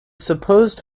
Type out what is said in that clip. supposed